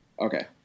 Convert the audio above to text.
Okay